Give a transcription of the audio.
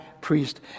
priest